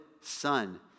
son